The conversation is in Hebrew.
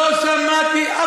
אל תגיד לי.